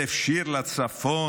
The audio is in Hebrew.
"אלף שיר לצפון,